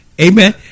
Amen